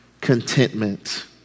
contentment